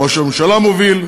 ראש הממשלה מוביל,